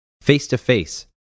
face-to-face